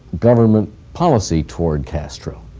government policy toward castro?